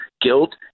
guilt